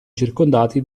circondati